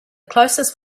closest